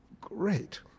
great